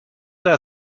der